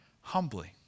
humbly